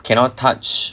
cannot touch